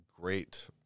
great